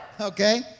Okay